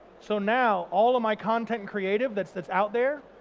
so now all of my content creative that's that's out there,